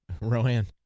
Rohan